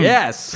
Yes